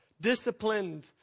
disciplined